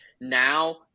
now